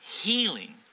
healing